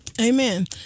amen